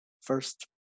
first